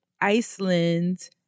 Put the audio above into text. Iceland